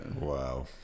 wow